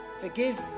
forgive